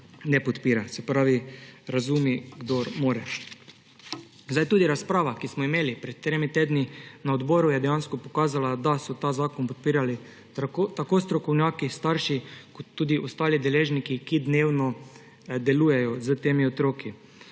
ne podpira. Razumi, kdor more. Tudi razprava, ki smo jo imeli pred tremi tedni na odboru, je dejansko pokazala, da so ta zakon podpirali tako strokovnjaki, starši kot tudi ostali deležniki, ki dnevno delujejo s temi otroki.